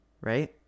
right